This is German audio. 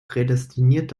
prädestiniert